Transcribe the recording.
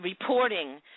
reporting